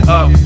up